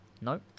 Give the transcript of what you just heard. nope